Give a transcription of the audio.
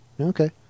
Okay